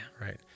right